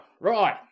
right